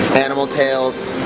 animal tails.